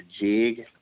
jig